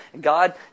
God